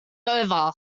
over